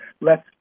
lets